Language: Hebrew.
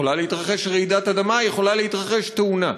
יכולה להתרחש רעידת אדמה, יכולה להתרחש תאונה.